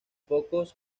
pocos